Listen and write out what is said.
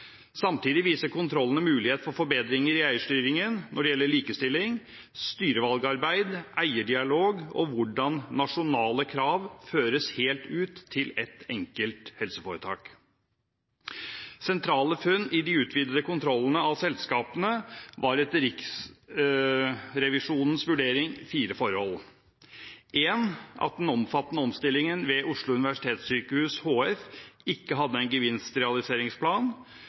Samtidig viser kontrollene mulighet for forbedringer i eierstyringen når det gjelder likestilling, styrevalgarbeid, eierdialog og hvordan nasjonale krav føres helt ut til ett enkelt helseforetak. Sentrale funn i de utvidede kontrollene av selskapene var etter Riksrevisjonens vurdering fire forhold: Én, at den omfattende omstillingen ved Oslo universitetssykehus HF ikke hadde en gevinstrealiseringsplan,